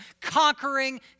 conquering